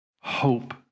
hope